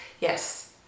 Yes